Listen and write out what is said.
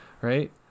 Right